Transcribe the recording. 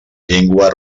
llengua